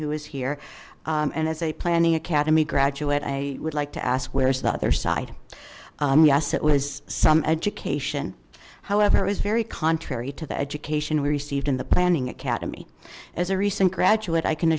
who was here and as a planning academy graduate i would like to ask where's the other side yes it was some education however it was very contrary to the education we received in the planning academy as a recent graduate i can